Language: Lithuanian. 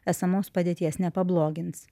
esamos padėties nepablogins